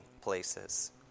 places